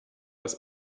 das